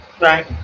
Right